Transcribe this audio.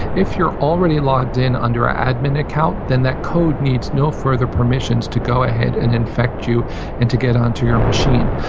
if you're already logged in under an admin account, then that code needs no further permissions to go ahead and infect you and to get onto your machine.